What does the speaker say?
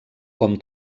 com